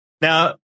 Now